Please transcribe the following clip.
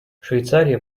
швейцария